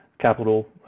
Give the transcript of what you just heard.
capital